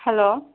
hello